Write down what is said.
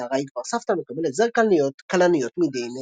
הנערה היא כבר סבתא המקבלת זר כלניות מידי נכדתה.